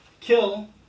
kill